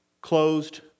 closed